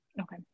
Okay